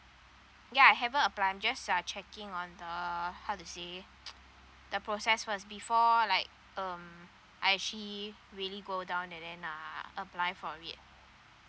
yeah I haven't apply I'm just uh checking on the how to say the process first before like um I actually really go down and then uh apply for it